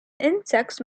insects